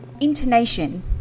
intonation